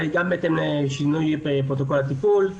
גם בהתאם לשינוי פרוטוקול הטיפול,